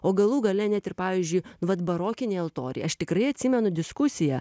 o galų gale net ir pavyzdžiui vat barokiniai altoriai aš tikrai atsimenu diskusiją